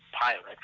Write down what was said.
pirates